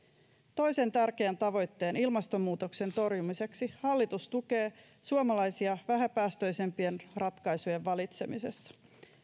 toisen tärkeän tavoitteen eteen ilmastonmuutoksen torjumiseksi hallitus tukee suomalaisia vähäpäästöisempien ratkaisujen valitsemisessa